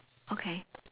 okay